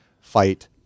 fight